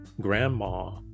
Grandma